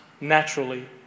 naturally